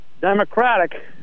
democratic